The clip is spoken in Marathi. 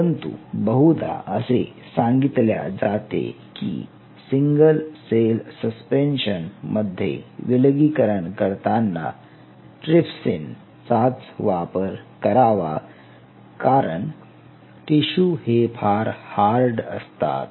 परंतु बहुदा असे सांगितल्या जाते की सिंगल सेल सस्पेन्शन मध्ये विलगीकरण करताना ट्रिप्सिन चाच वापर करावा कारण टिशू हे फार हार्ड असतात